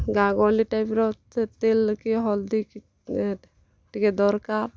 ଗାଁ ଗହଲି ଟାଇପ୍ର ସେ ତେଲ୍ କି ହଲ୍ଦୀ କି ଟିକେ ଦର୍କାର୍